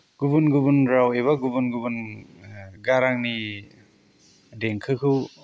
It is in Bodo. गुबुन गुबुन राव एबा गुबुन गुबुन गारांनि देंखोखौ